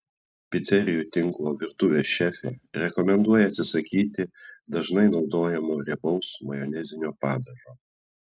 picerijų tinklo virtuvės šefė rekomenduoja atsisakyti dažnai naudojamo riebaus majonezinio padažo